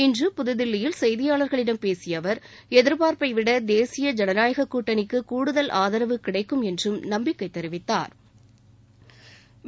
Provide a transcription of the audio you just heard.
இன்று புதுதில்லியில் செய்தியாளர்களிடம் பேசியஅவர் எதிர்பார்ப்பை விட தேசிய ஜனநாயகக்கூட்டணிக்கு கூடுதல் ஆதரவு கிடைக்கும் என்றும் நம்பிக்கை தெரிவித்தாா்